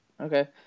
Okay